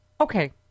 Okay